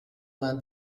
vingt